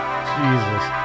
Jesus